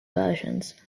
versions